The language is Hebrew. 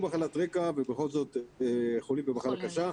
מחלת רקע ובכל זאת הם חולים במחלה קשה.